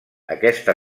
aquesta